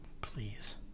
Please